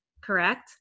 Correct